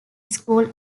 school